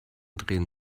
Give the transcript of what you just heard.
drehen